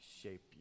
shape